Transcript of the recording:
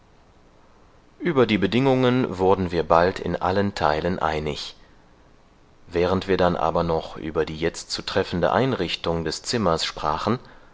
über die bedingungen wurden wir bald in allen teilen einig während wir dann aber noch über die jetzt zu treffende einrichtung des zimmers sprachen